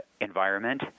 environment